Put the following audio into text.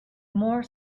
more